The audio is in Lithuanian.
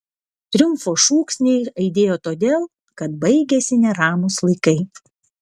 triumfo šūksniai aidėjo todėl kad baigėsi neramūs laikai